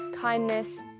kindness